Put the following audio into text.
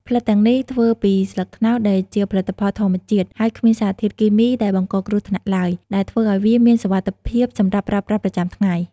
ផ្លិតទាំងនេះធ្វើពីស្លឹកត្នោត ដែលជាផលិតផលធម្មជាតិ ហើយគ្មានសារធាតុគីមីដែលបង្កគ្រោះថ្នាក់ឡើយ ដែលធ្វើឱ្យវាមានសុវត្ថិភាពសម្រាប់ប្រើប្រាស់ប្រចាំថ្ងៃ។